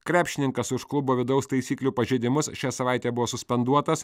krepšininkas už klubo vidaus taisyklių pažeidimus šią savaitę buvo suspenduotas